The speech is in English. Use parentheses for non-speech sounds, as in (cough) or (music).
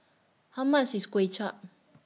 How much IS Kway Chap (noise)